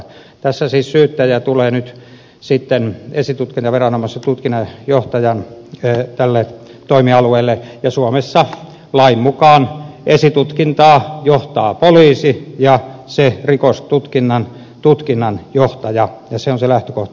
tässä siis syyttäjä tulee nyt sitten esitutkintaviranomaisen tutkinnanjohtajan toimialueelle ja suomessa lain mukaan esitutkintaa johtaa poliisi ja se rikostutkinnan tutkinnanjohtaja ja se on se lähtökohta